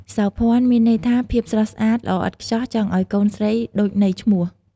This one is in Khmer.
សោភ័ណ្ឌ មានន័យថាភាពស្រស់ស្អាត ល្អឥតខ្ចោះ ចង់ឲ្យកូនស្រីដូចន័យឈ្មោះ។